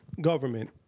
government